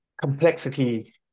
complexity